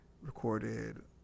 recorded